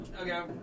Okay